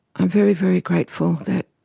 i'm very, very grateful that